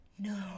no